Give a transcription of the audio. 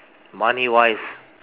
money wise